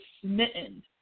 smitten